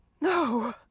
No